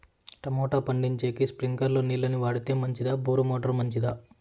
Tomato పండించేకి స్ప్రింక్లర్లు నీళ్ళ ని వాడితే మంచిదా బోరు మోటారు మంచిదా?